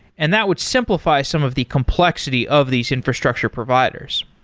and that would simplify some of the complexity of these infrastructure providers.